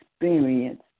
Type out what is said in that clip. experience